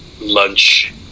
lunch